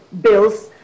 bills